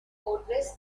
fortress